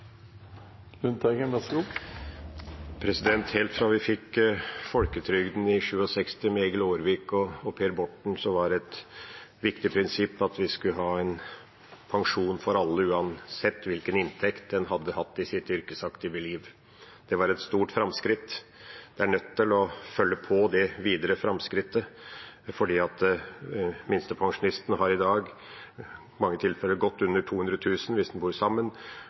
Borten, var det et viktig prinsipp at vi skulle ha en pensjon for alle uansett hvilken inntekt en hadde hatt i sitt yrkesaktive liv. Det var et stort framskritt. En er nødt til å følge opp det framskrittet videre, for minstepensjonistene har i dag i mange tilfeller godt under 200 000 kr hvis en bor sammen.